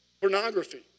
pornography